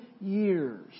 years